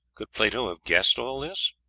could plato have guessed all this?